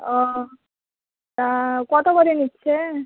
ও কতো করে নিচ্ছে